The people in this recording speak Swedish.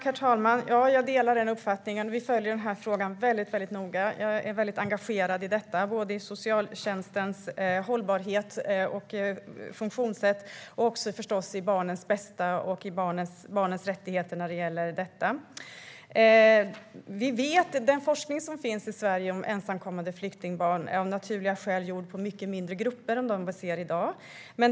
Herr talman! Jag delar den uppfattningen. Vi följer frågan noga, och jag är engagerad i både socialtjänstens hållbarhet och funktionssätt samt i barnens bästa och barnens rättigheter. Den forskning som finns i Sverige om ensamkommande flyktingbarn är av naturliga skäl gjord på mindre grupper än de vi ser i dag.